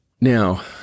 Now